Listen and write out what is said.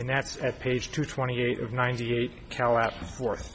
and that's at page two twenty eight of ninety eight cal at forth